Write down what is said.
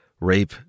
rape